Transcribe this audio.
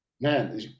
man